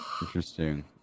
Interesting